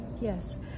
Yes